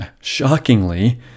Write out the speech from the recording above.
Shockingly